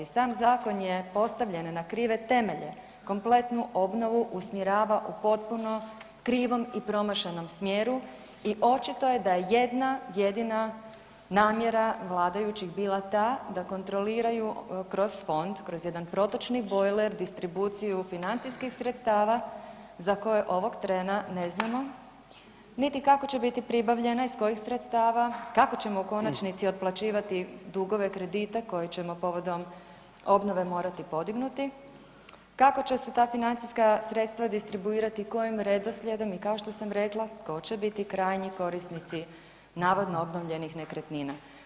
Sam zakon je postavljen na krive temelje, kompletnu obnovu usmjerava u potpuno krivom i promašenom smjeru i očito je da jedna jedina namjera vladajućih bila ta da kontroliraju kroz fond, kroz jedan protočni bojler distribuciju financijskih sredstava za koje ovog trena ne znamo niti kako će biti pribavljana, iz kojih sredstava, kako ćemo u konačnici otplaćivati dugove kredita koji ćemo povodom obnove morati podignuti, kako će se ta financijska sredstva distribuirati, kojim redoslijedom i kao što sam rekla, tko će bit krajnji korisnici navodno obnovljenih nekretnina.